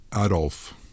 Adolf